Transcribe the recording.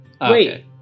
Wait